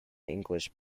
english